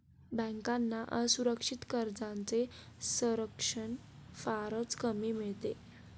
बँकांना असुरक्षित कर्जांचे संरक्षण फारच कमी मिळते